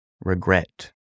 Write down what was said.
regret